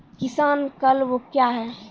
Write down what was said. किसान क्लब क्या हैं?